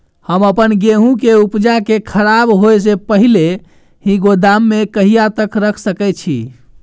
हम अपन गेहूं के उपजा के खराब होय से पहिले ही गोदाम में कहिया तक रख सके छी?